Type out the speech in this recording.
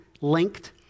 linked